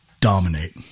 dominate